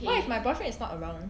what if my boyfriend is not around